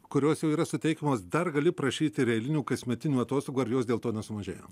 kurios jau yra suteikiamos dar gali prašyti ir eilinių kasmetinių atostogų ar jos dėl to nesumažėjo